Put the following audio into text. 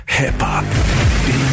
hip-hop